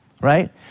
right